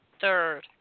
third